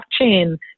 blockchain